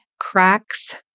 cracks